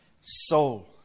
soul